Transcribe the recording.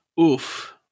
Oof